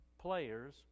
players